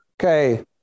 Okay